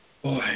Boy